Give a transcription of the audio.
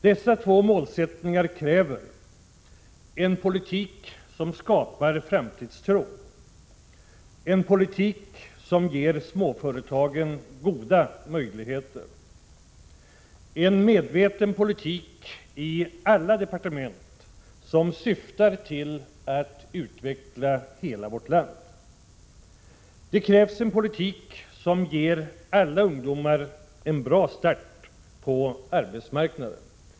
Dessa två målsättningar kräver en politik som skapar framtidstro och ger småföretagen goda möjligheter. Det krävs en medveten politik i alla departement vilken syftar till att utveckla hela vårt land. Det krävs en politik som ger alla ungdomar en bra start på arbetsmarknaden.